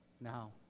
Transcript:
now